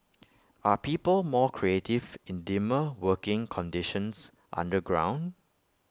are people more creative in dimmer working conditions underground